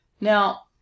now